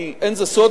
כי אין זה סוד,